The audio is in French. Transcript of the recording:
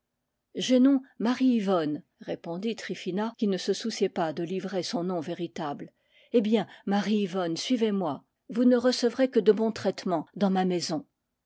nom marie yvonne répondit tryphina qui ne se souciait pas de livrer son nom véritable eh bien marie yvonne suivez-moi vous ne recevrez que de bons traitements dans ma maison